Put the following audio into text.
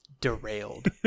derailed